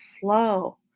flow